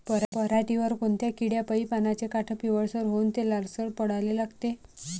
पऱ्हाटीवर कोनत्या किड्यापाई पानाचे काठं पिवळसर होऊन ते लालसर पडाले लागते?